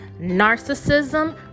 narcissism